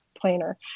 Planner